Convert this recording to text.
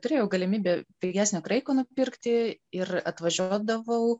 turėjau galimybę pigesnio kraiko nupirkti ir atvažiuodavau